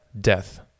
Death